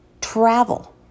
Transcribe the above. travel